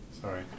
Sorry